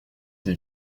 des